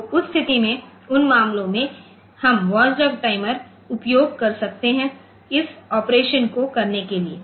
तो उस स्थिति में उन मामलों में हम वॉचडॉग टाइमर उपयोग कर सकते हैं इस ऑपरेशन को करने के लिए